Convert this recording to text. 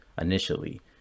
initially